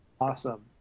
Awesome